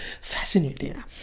fascinating